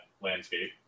landscape